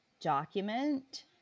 document